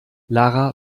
lara